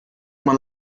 man